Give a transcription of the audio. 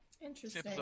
interesting